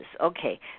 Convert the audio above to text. okay